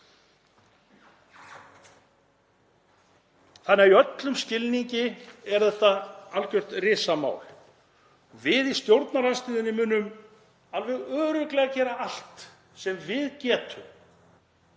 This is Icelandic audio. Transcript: Þannig að í öllum skilningi er þetta algjört risamál. Við í stjórnarandstöðunni munum alveg örugglega gera allt sem við getum